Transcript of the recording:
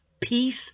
peace